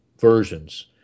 versions